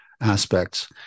aspects